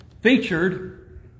featured